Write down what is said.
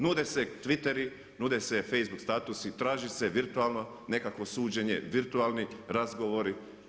Nude se Twitteri, nude se Facebook statusi, traži se virtualno nekakvo suđenje, virtualni razgovori.